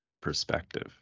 perspective